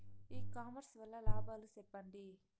ఇ commerce వల్ల లాభాలు సెప్పండి?